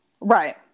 Right